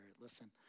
Listen